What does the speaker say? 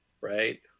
right